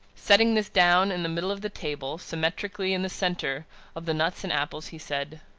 setting this down in the middle of the table, symmetrically in the centre of the nuts and apples, he said